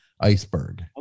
iceberg